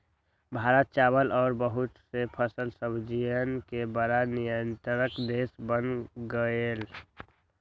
भारत चावल और बहुत से फल सब्जियन के बड़ा निर्यातक देश बन गेलय